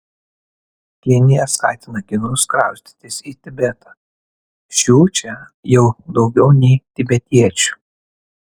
kinija skatina kinus kraustytis į tibetą šių čia jau daugiau nei tibetiečių